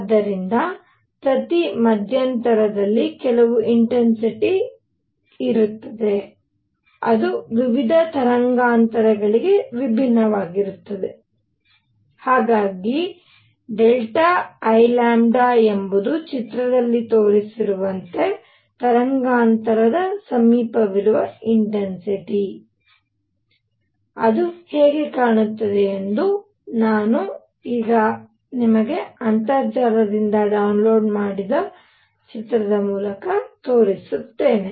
ಆದ್ದರಿಂದ ಪ್ರತಿ ಮಧ್ಯಂತರದಲ್ಲಿ ಕೆಲವು ಇಂಟೆನ್ಸಿಟಿ ಇರುತ್ತದೆ ಅದು ವಿವಿಧ ತರಂಗಾಂತರಗಳಿಗೆ ವಿಭಿನ್ನವಾಗಿರುತ್ತದೆ ಹಾಗಾಗಿ I ಎಂಬುದು ಚಿತ್ರದಲ್ಲಿ ತೋರಿಸಿರುವಂತೆ ತರಂಗಾಂತರದ ಸಮೀಪವಿರುವ ಇಂಟೆನ್ಸಿಟಿ ಆಗಿದೆ ಅದು ಹೇಗೆ ಕಾಣುತ್ತದೆ ಎಂದು ನಾನು ಈಗ ಅಂತರ್ಜಾಲದಿಂದ ಡೌನ್ಲೋಡ್ ಮಾಡಿದ ಚಿತ್ರದ ಮೂಲಕ ತೋರಿಸುತ್ತೇನೆ